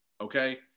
okay